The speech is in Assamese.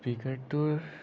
স্পিকাৰটোৰ